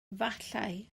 efallai